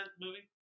movie